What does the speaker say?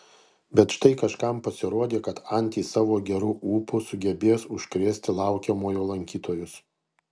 bet štai kažkam pasirodė kad antys savo geru ūpu sugebės užkrėsti laukiamojo lankytojus